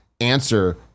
answer